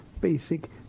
basic